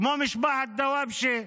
כמו משפחת דוואבשה,